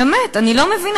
באמת, אני לא מבינה.